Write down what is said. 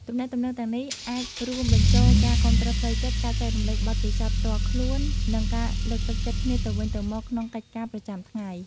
ទំនាក់ទំនងទាំងនេះអាចរួមបញ្ចូលការគាំទ្រផ្លូវចិត្ត ការចែករំលែកបទពិសោធន៍ផ្ទាល់ខ្លួន និងការលើកទឹកចិត្តគ្នាទៅវិញទៅមកក្នុងកិច្ចការប្រចាំថ្ងៃ។